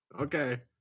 Okay